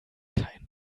kein